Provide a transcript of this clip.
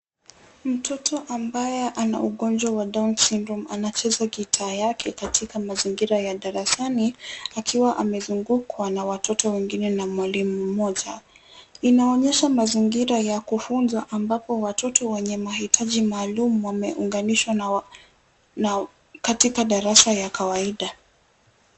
Mtoto ambaye ana ugonjwa wa down syndrome anacheza guitar yake katika mazingira ya darasani, akiwa amezungukwa na watoto wengine na mwalimu mmoja. Inaonyesha mazingira ya kufunzwa ambapo watoto wenye mahitaji maalum wameunganishwa katika darasa ya kawaida.